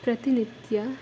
ಪ್ರತಿನಿತ್ಯ